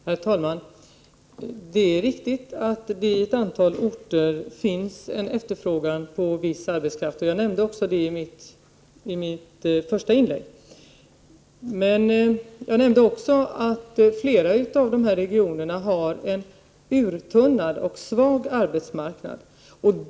Herr talman! Det är riktigt att det i ett antal orter finns en efterfrågan på viss arbetskraft, vilket jag också nämnde i mitt svar. Jag nämnde även att flera av dessa regioner har en uttunnad och svag arbetsmarknad.